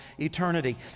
eternity